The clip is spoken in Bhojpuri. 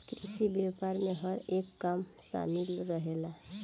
कृषि व्यापार में हर एक काम शामिल रहेला